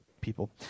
people